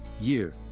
Year